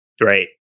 Right